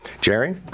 Jerry